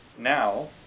now